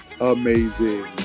amazing